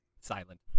silent